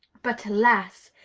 but, alas!